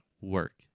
work